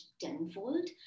tenfold